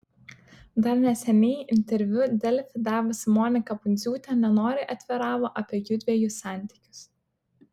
dar neseniai interviu delfi davusi monika pundziūtė nenoriai atviravo apie jųdviejų santykius